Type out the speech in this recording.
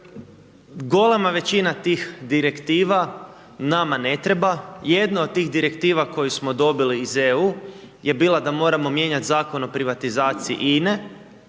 golema većina tih Direktiva nama ne treba, jedna od tih Direktiva koju smo dobili iz EU je bila da moramo mijenjati Zakon o privatizaciji INA-e,